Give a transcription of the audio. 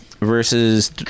versus